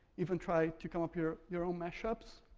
even try to come up your your own mashups.